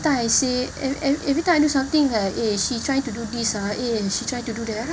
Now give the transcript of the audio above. I say ev~ ev~ every time I do something like eh she trying to do this uh eh she trying to do that